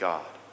God